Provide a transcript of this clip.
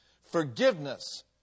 forgiveness